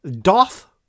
Doth